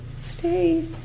stay